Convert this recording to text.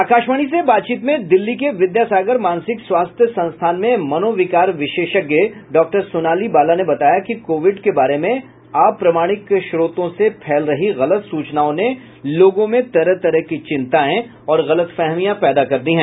आकाशवाणी से बातचीत में विद्यासागर मानसिक स्वास्थ्य संस्थान में मनोविकार विशेषज्ञ डॉक्टर सोनाली बाला ने बताया कि कोविड के बारे में अप्रमाणिक स्रोतों से फैल रही गलत सूचनाओं ने लोगों में तरह तरह की चिंताए और गलतफहमियां पैदा कर दी है